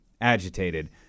agitated